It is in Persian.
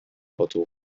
پاتق